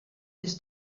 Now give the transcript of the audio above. des